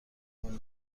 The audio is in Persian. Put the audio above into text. اون